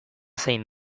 zein